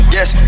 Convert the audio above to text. Yes